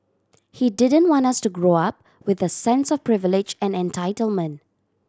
he didn't want us to grow up with a sense of privilege and entitlement